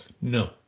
No